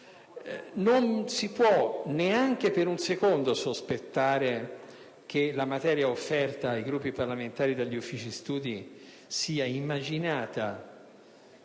Non si può neanche per un secondo sospettare che la materia offerta ai Gruppi parlamentari dai Servizi studi sia immaginata,